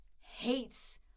hates